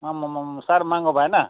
आम्मामामा साह्रो महँगो भएन